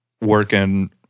working